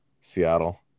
Seattle